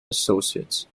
associates